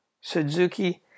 suzuki